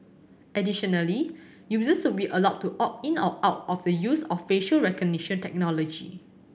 additionally users will be allowed to opt in or out of the use of facial recognition technology